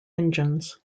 engines